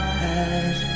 head